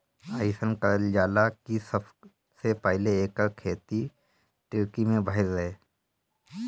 अइसन कहल जाला कि सबसे पहिले एकर खेती टर्की में भइल रहे